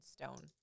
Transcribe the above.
stone